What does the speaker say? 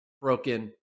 broken